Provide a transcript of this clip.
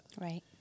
Right